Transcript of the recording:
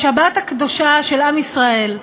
השבת הקדושה של עם ישראל,